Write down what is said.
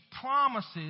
promises